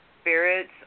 spirits